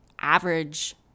average